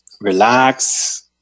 Relax